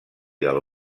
del